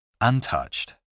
Untouched